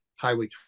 Highway